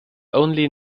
only